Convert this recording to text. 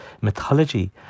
mythology